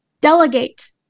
delegate